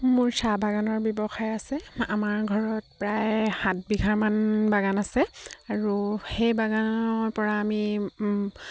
মোৰ চাহ বাগানৰ ব্যৱসায় আছে আমাৰ ঘৰত প্ৰায় সাত বিঘামান বাগান আছে আৰু সেই বাগানৰ পৰা আমি